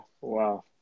Wow